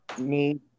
need